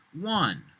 one